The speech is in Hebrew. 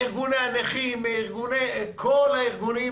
ארגוני הנכים, כל הארגונים